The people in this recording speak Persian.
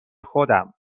خودم